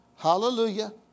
Hallelujah